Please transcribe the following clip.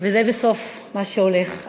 וזה בסוף מה שהולך,